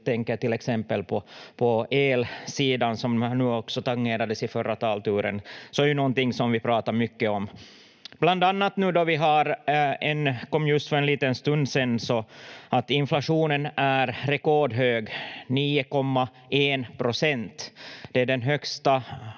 tänker på elsidan, som också tangerades i förra talturen och som ju är någonting vi pratar mycket om. Bland annat har vi nu — det kom just för en liten stund sedan — en inflation som är rekordhög, 9,1 procent. Det är den högsta